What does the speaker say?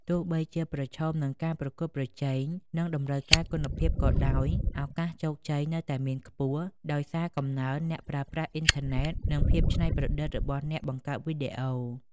ទោះបីជាប្រឈមនឹងការប្រកួតប្រជែងនិងតម្រូវការគុណភាពក៏ដោយ ឱកាសជោគជ័យនៅតែមានខ្ពស់ ដោយសារកំណើនអ្នកប្រើប្រាស់អ៊ីនធឺណិតនិងភាពច្នៃប្រឌិតរបស់អ្នកបង្កើតវីដេអូ។